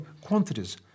quantities